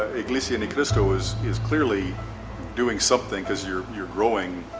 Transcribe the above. ah iglesia ni cristo is is clearly doing something cause you're you're growing,